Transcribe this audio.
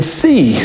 see